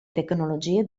tecnologie